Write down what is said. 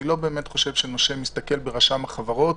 אני לא חושב שנושה מסתכל ברשם החברות